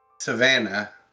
Savannah